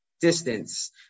distance